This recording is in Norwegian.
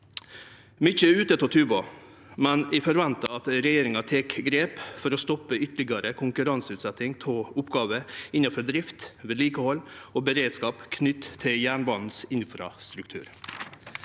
Mykje er ute av tuben, men eg ventar at regjeringa tek grep for å stoppe ytterlegare konkurranseutsetjing av oppgåver innanfor drift, vedlikehald og beredskap knytt til jernbanens infrastruktur.